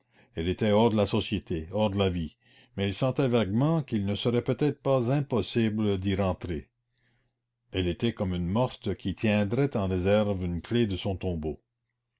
elle était hors de la société hors de la vie mais elle sentait vaguement qu'il ne serait peut-être pas impossible d'y rentrer elle était comme une morte qui tiendrait en réserve une clé de son tombeau